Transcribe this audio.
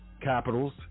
capitals